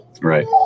Right